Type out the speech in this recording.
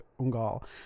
Ungal